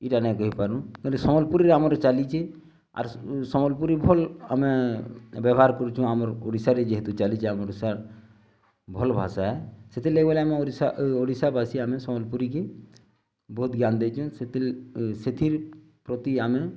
ଇଟା ନାଇଁ କହିପାରୁ କିନ୍ତୁ ସମ୍ବଲପୁରୀରେ ଆମର୍ ଚାଲିଛି ଆର୍ ସମ୍ବଲପୁରୀ ଭଲ୍ ଆମେ ବେବହାର୍ କରୁଛୁଁ ଆମର୍ ଓଡ଼ିଶାରେ ଯେହେତୁ ଚାଲିଛି ଆମ ଓଡ଼ିଶା ଭଲ୍ ଭାଷା ଏ ସେଥିର୍ ଲାଗି ବୋଲେ ଆମ ଓଡ଼ିଶା ଓଡ଼ିଶା ବାସି ଆମେ ସମ୍ବଲପୁରୀକେ ବହୁତ୍ ଧ୍ୟାନ୍ ଦେଇଛୁଁ ସେଥିର୍ ପ୍ରତି ଆମେ